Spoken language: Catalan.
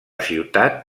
ciutat